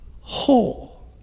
whole